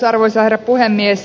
arvoisa herra puhemies